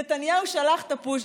נתניהו שלח את הפוש.